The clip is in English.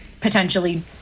potentially